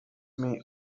may